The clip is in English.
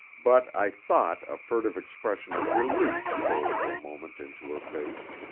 but i thought a furtive expression of relief stole for a moment into her face.